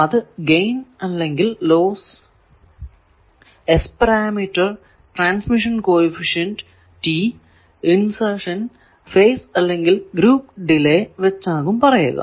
അത് ഗൈൻ അല്ലെങ്കിൽ loss S parameter transmission coefficient T insertion phase അല്ലെങ്കിൽ group delay വച്ചാകും പറയുക